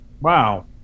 Wow